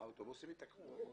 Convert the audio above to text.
האוטובוסים התעכבו.